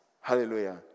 Hallelujah